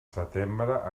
setembre